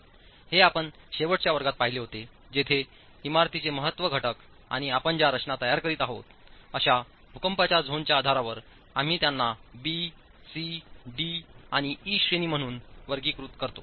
हे आम्ही शेवटच्या वर्गात पाहिले होते जेथे इमारतींचे महत्त्व घटकआणि आपण ज्या रचना तयार करीत आहेत अशा भूकंपाच्या झोनच्या आधारावर आम्ही त्यांना बी सी डी आणि ई श्रेणी म्हणून वर्गीकृत करतो